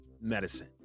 medicine